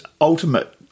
ultimate